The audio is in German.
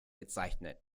bezeichnet